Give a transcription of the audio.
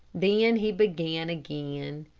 then he began again.